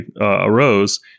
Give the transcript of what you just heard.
arose